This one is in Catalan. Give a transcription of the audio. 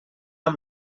amb